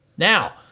Now